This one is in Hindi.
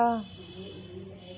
पीछे